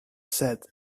said